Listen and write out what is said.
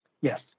Yes